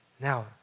Now